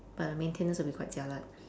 but the maintenance would be quite jialat